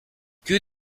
que